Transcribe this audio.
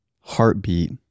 heartbeat